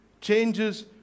changes